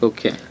Okay